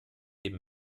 leben